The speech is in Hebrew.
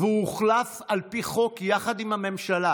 והוא הוחלף על פי חוק יחד עם הממשלה.